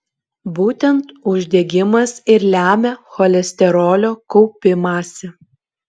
būtent uždegimas ir lemia cholesterolio kaupimąsi